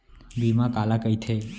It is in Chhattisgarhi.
बीमा काला कइथे?